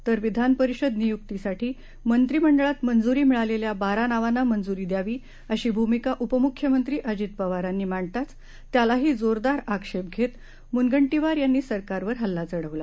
तर विधान परिषद नियुक्तीसाठी मंत्रिमंडळात मंजुरी मिळालेल्या बारा नावांना मंजुरी द्यावी अशी भूमिका उपमुख्यमंत्री अजित पवारांनी मांडताच त्यालाही जोरदार आक्षेप घेत मुनगंटीवार यांनी सरकारवर हल्ला चढवला